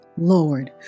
Lord